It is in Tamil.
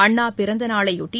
அண்ணா பிறந்தநாளை ஒட்டி